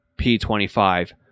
p25